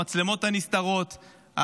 המצלמות הנסתרות,